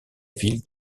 ville